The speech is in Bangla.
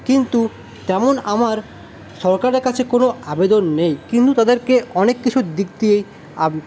কিন্তু তেমন আমার সরকারের কাছে কোন আবেদন নেই কিন্তু তাদেরকে অনেক কিছুর দিক দিয়েই আব